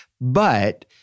but-